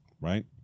right